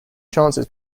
chances